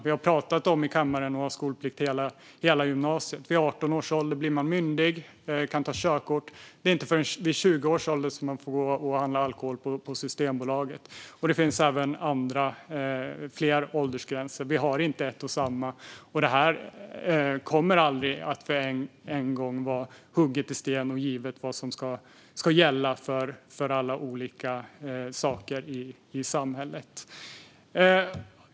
Vi har pratat i kammaren om att ha skolplikt under hela gymnasiet. Vid 18 års ålder blir man myndig och kan ta körkort. Inte förrän vid 20 års ålder får man handla alkohol på Systembolaget. Det finns även fler åldersgränser. Vi har inte en och samma. Det kommer aldrig att en gång för alla vara hugget i sten och givet vad som ska gälla för alla olika saker i samhället.